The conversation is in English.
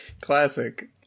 Classic